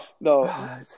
No